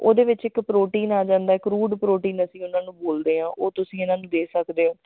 ਉਹਦੇ ਵਿੱਚ ਇੱਕ ਪ੍ਰੋਟੀਨ ਆ ਜਾਂਦਾ ਕਰੂਡ ਪ੍ਰੋਟੀਨ ਅਸੀਂ ਉਹਨਾਂ ਨੂੰ ਬੋਲਦੇ ਹਾਂ ਉਹ ਤੁਸੀਂ ਇਹਨਾਂ ਨੂੰ ਦੇ ਸਕਦੇ ਹੋ